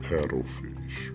Paddlefish